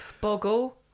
Boggle